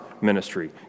ministry